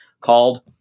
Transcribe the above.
called